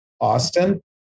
Austin